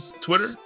Twitter